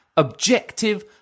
Objective